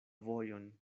vojon